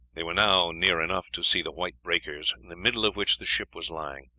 they were now near enough to see the white breakers, in the middle of which the ship was lying.